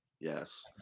yes